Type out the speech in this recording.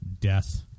death